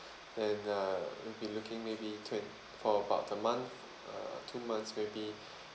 and uh we'll be looking maybe twen~ for about a month uh two months maybe